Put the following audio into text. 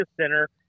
Center